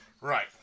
right